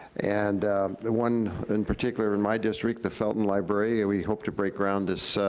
and the one, in particular, in my district, the felton library, and we hope to break ground this,